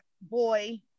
boy